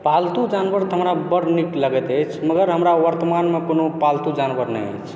पालतु जानवर तऽ हमरा बड़ नीक लागैत अछि मगर हमरा वर्तमानमे कोनो पालतू जानवर नहि अछि